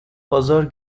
pazar